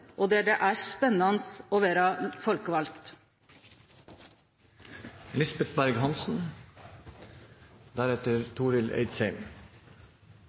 og der det er spennande å